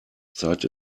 zeit